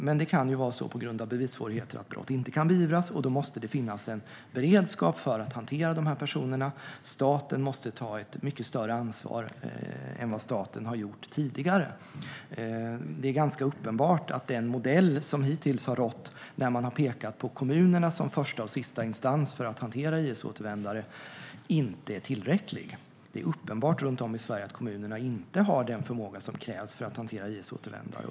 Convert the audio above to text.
Men det kan på grund av bevissvårigheter vara så att brott inte kan beivras, och då måste det finnas en beredskap för att hantera de här personerna. Staten måste ta ett mycket större ansvar än vad staten har gjort tidigare. Det är ganska uppenbart att den modell som hittills har rått, där man har pekat på kommunerna som första och sista instans för att hantera IS-återvändare, inte är tillräcklig. Det är uppenbart runt om i Sverige att kommunerna inte har den förmåga som krävs för att hantera IS-återvändare.